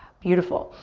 beautiful.